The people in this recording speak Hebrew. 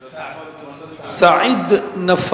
סעיד, מה אמרתי?